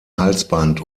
halsband